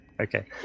Okay